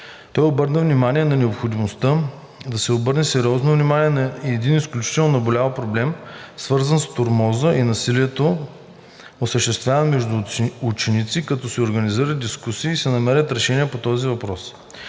Той обърна внимание и на необходимостта да се обърне сериозно внимание на един изключително наболял проблем, свързан с тормоза и насилието, осъществяван между учениците, като се организират дискусии и се намерят решения по тези въпроси.